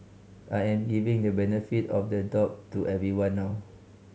I am giving the benefit of the doubt to everyone now